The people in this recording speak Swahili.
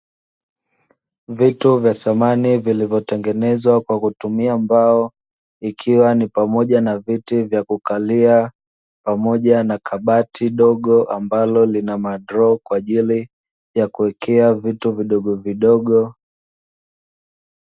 Vitu vya samani vilivyotengenezwa kwa kutumia mbao, ikiwa ni pamoja na viti vya kukalia, pamoja na kabati dogo ambalo linamadroo kwaajili ya kuwekea vitu vidogovidogo.